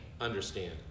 understand